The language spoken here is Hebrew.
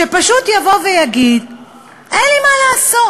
שפשוט יבוא ויגיד "אין לי מה לעשות".